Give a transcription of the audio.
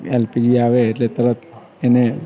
LPG આવે એટલે તરત એને